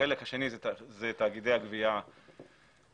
החלק השני הוא תאגידי הגבייה השונים,